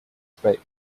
speed